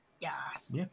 Yes